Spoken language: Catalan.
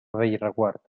bellreguard